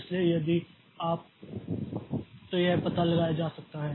इसलिए यदि आप तो यह पता लगाया जा सकता है